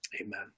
Amen